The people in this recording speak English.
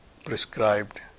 prescribed